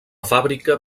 fàbrica